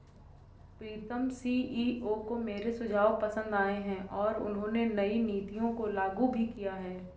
प्रीतम CEO को मेरे सुझाव पसंद आए हैं और उन्होंने नई नीतियों को लागू भी किया हैं